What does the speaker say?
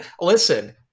listen